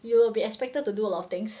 you will be expected to do a lot of things